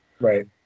Right